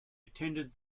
attended